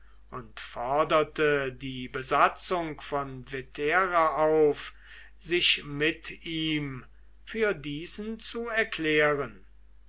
und forderte die besatzung von vetera auf sich mit ihm für diesen zu erklären